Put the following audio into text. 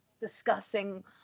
discussing